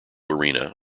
arena